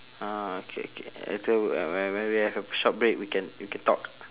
ah okay okay later when when we have a short break we can we can talk